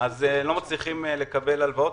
הם לא מצליחים לקבל הלוואות.